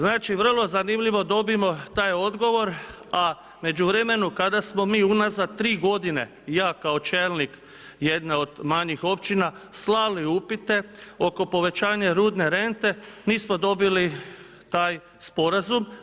Znači vrlo zanimljivo dobijemo taj odgovor a u međuvremenu kada smo mi unazad 3 godine i ja kao čelnik jedne od manjih općina slali upite oko povećanja rudne rente nismo dobili taj sporazum.